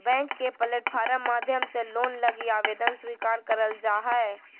bank के platform माध्यम से लोन लगी आवेदन स्वीकार करल जा हय